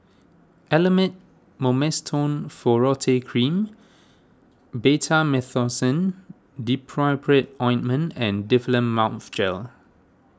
Elomet Mometasone Furoate Cream Betamethasone Dipropionate Ointment and Difflam Mouth Gel